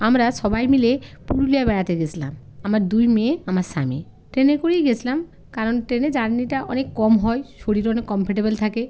আমরা সবাই মিলে পুরুলিয়া বেড়াতে গেছিলাম আমার দুই মেয়ে আমার স্বামী ট্রেনে করেই গেছিলাম কারণ ট্রেনে জার্নিটা অনেক কম হয় শরীর অনেক কমফোর্টেবল থাকে